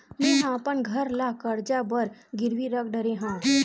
मेहा अपन घर ला कर्जा बर गिरवी रख डरे हव